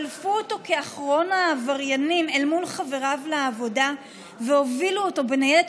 שלפו אותו כאחרון העבריינים אל מול חבריו לעבודה והובילו אותו בניידת